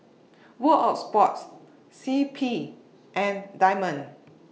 World of Sports C P and Diamond